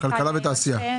כלכלה ותעשייה.